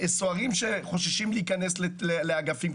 סוהרים שחוששים להיכנס לאגפים.